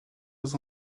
aux